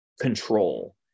control